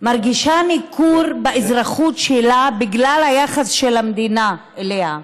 מרגישה ניכור באזרחות שלה בגלל היחס של המדינה אליה,